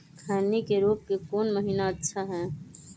खैनी के रोप के कौन महीना अच्छा है?